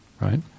right